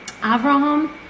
Avraham